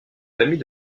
famille